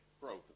growth